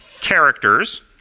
characters